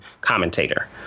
commentator